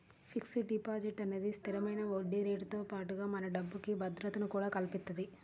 fixed deposit అనేది స్థిరమైన వడ్డీరేటుతో పాటుగా మన డబ్బుకి భద్రతను కూడా కల్పిత్తది